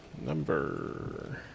Number